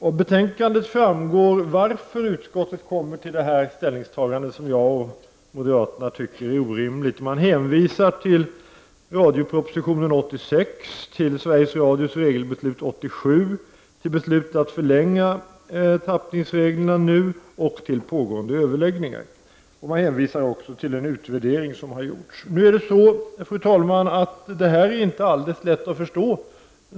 I betänkandet framgår det varför utskottet kommer till det ställningstagande som jag och moderaterna tycker är orimligt. Man hänvisar till radiopropositionen från 1986, till Sveriges Radios regelbeslut från 1987, till beslutet att förlänga tappningsreglerna och till pågående överläggningar. Man hänvisar också till en utvärdering som har gjorts. Fru talman! Den här redovisningen är inte alldeles lätt att förstå.